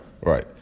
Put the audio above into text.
right